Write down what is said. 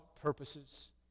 purposes